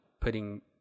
putting –